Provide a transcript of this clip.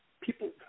people –